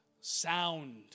sound